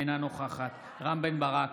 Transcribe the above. אינה נוכחת רם בן ברק,